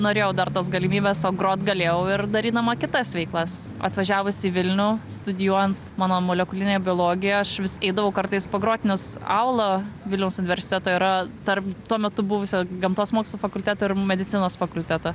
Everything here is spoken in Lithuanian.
norėjau dar tos galimybės o grot galėjau ir darydama kitas veiklas atvažiavus į vilnių studijuojant mano molekulinę biologiją aš vis eidavau kartais pagrot nes aula vilniaus universiteto yra tarp tuo metu buvusio gamtos mokslų fakulteto ir medicinos fakulteto